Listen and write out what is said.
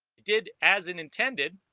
did as it intended